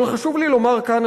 אבל חשוב לי לומר כאן,